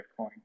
bitcoin